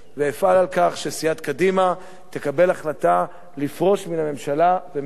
ואפעל לכך שסיעת קדימה תקבל החלטה לפרוש מהממשלה ומייד.